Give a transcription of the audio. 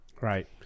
Right